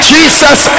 Jesus